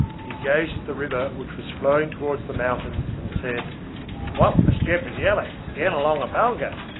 he gazed at the river, which was flowing towards the mountains, and said what for stupid yallock yan along a bulga?